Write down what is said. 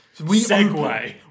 segue